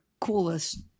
coolest